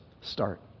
start